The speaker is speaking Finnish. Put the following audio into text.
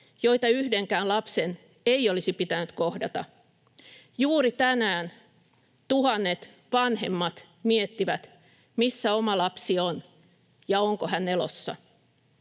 joita yhdenkään lapsen ei olisi pitänyt kohdata. Juuri tänään tuhannet vanhemmat miettivät, missä oma lapsi on ja onko hän elossa.